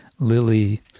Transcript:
lily